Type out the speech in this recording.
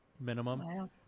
minimum